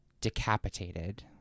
decapitated